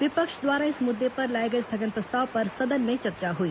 विपक्ष द्वारा इस मुद्दे पर लाए गए स्थगन प्रस्ताव पर सदन में चर्चा हुई